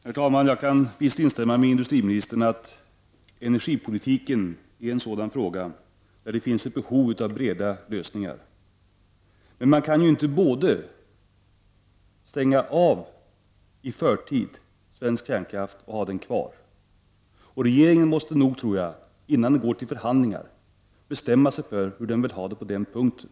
Herr talman! Jag kan instämma med industriministern att energipolitiken är ett sådant område där det finns ett behov av breda lösningar. Men man kan inte både i förtid stänga av svensk kärnkraft och ha den kvar. Innan vi går till förhandlingar tror jag att regeringen måste bestämma sig för hur den vill ha det på den punkten.